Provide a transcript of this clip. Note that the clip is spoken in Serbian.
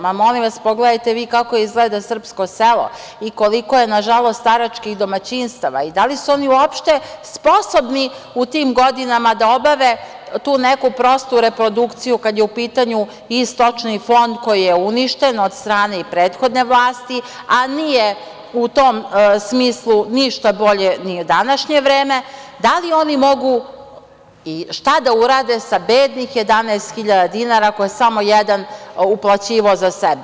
Molim vas, pogledajte vi kako izgleda srpsko selo i koliko je, nažalost, staračkih domaćinstava i da li su oni uopšte sposobni u tim godinama da obave tu neku prostu reprodukciju, kada je u pitanju i stočni fond, koji je uništen od strane i prethodne vlasti, a nije u tom smislu ništa bolje ni u današnje vreme, da li oni mogu i šta da urade sa bednih 11.000 dinara koje je samo jedan uplaćivao za sebe?